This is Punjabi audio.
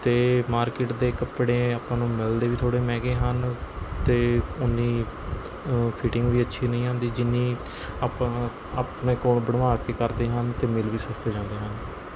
ਅਤੇ ਮਾਰਕਿਟ ਦੇ ਕੱਪੜੇ ਆਪਾਂ ਨੂੰ ਮਿਲਦੇ ਵੀ ਥੋੜ੍ਹੇ ਮਹਿੰਗੇ ਹਨ ਅਤੇ ਉਨੀ ਫਿਟਿੰਗ ਵੀ ਅੱਛੀ ਨਹੀਂ ਆਉਂਦੀ ਜਿੰਨੀ ਆਪਾਂ ਆਪਣੇ ਕੋਲ਼ ਬਣਵਾ ਕੇ ਕਰਦੇ ਹਨ ਅਤੇ ਮਿਲ ਵੀ ਸਸਤੇ ਜਾਂਦੇ ਹਨ